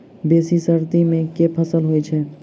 बेसी सर्दी मे केँ फसल होइ छै?